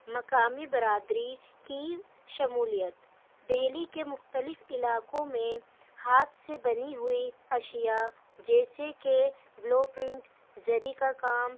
مقامی برادری کی شمولیت دہلی کے مختلف علاقوں میں ہاتھ سے بنی ہوئی اشیاء جیسے کہ بلو پرنٹ زری کا کام